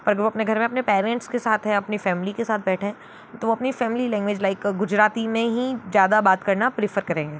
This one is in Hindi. पर वो अपने घर में अपने पेरेंट्स के साथ है अपनी फैमली के साथ बैठे हैं तो वो अपनी फैमली लैंग्वेज लाइक गुजराती में ही ज़्यादा बात करना फिकर करेंगे